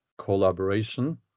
collaboration